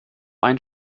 ein